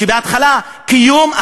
שבהתחלה יהיה קיום,